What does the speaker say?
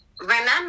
remember